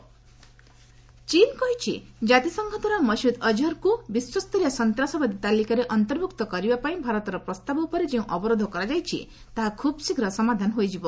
ଚୀନ୍ ଅଜ୍ହର୍ ଚୀନ୍ କହିଛି କାତିସଂଘଦ୍ୱାରା ମସୁଦ୍ ଅକ୍ହର୍କୁ ବିଶ୍ୱସ୍ତରୀୟ ସନ୍ତାସବାଦୀ ତାଲିକାରେ ଅନ୍ତର୍ଭୁକ୍ତ କରିବାପାଇଁ ଭାରତର ପ୍ରସ୍ତାବ ଉପରେ ଯେଉଁ ଅବରୋଧ କରାଯାଇଛି ତାହା ଖୁବ୍ ଶୀଘ୍ର ସମାଧାନ ହୋଇଯିବ